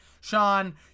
Sean